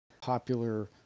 popular